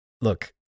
look